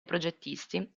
progettisti